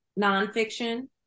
nonfiction